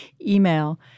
email